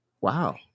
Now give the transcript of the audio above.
Wow